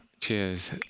cheers